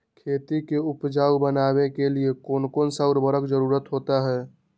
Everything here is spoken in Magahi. खेती को उपजाऊ बनाने के लिए कौन कौन सा उर्वरक जरुरत होता हैं?